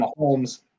Mahomes